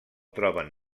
troben